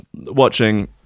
watching